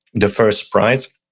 the first prize?